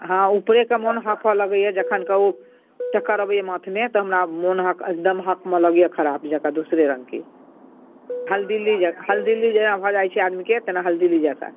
हँ ऊपरे कऽ मन हाँफऽ लगैया जखन कऽ ओ चक्कर अबैया माथमे तऽ हमरा मन अहाँकऽ एकदम हकमऽ लगैया खराप जकाँ दोसरे रङ्ग के हलदलवी जऽ हलदलवी जेना भऽ जाइत छै आदमीके तेना हलदलवी जकाँ